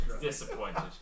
Disappointed